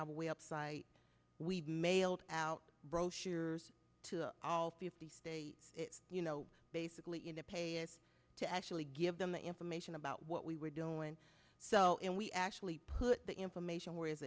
our website we've mailed out brochures to all fifty states you know basically in the pay is to actually give them the information about what we were doing so and we actually put the information where